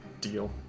deal